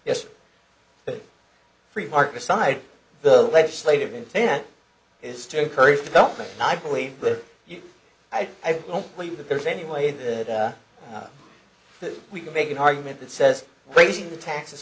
the free market side the legislative intent is to encourage development and i believe that you i don't believe that there's any way that we can make an argument that says raising the taxes